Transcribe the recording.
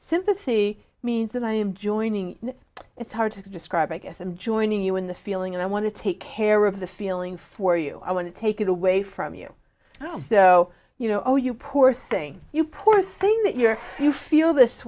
sympathy means that i am joining it's hard to describe i guess i'm joining you in the feeling and i want to take care of the feeling for you i want to take it away from you and also you know oh you poor thing you poor thing that you're you feel this